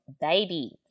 Baby